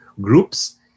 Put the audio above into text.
groups